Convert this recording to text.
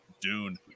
Dune